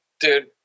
Dude